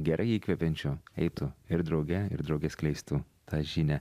gerai įkvepiančiu eitų ir drauge ir drauge skleistų tą žinią